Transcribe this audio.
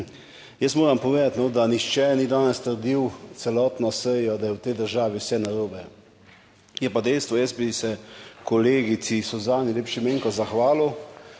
Jaz moram povedati, no, da nihče ni danes trdil celotno sejo, da je v tej državi vse narobe, je pa dejstvo, jaz bi se kolegici Suzani Lep Šimenko zahvalil